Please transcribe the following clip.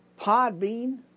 Podbean